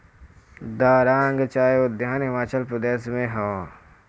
दारांग चाय उद्यान हिमाचल प्रदेश में हअ